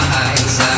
eyes